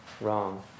wrong